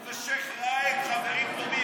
הוא ושייח' ראאד חברים טובים,